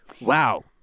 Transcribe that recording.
Wow